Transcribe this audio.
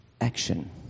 action